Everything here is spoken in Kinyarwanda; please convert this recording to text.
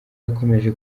yakomeje